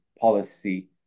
policy